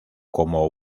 como